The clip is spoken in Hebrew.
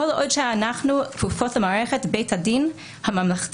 כל עוד אנחנו כפופות למערכת בית הדין הממלכתית,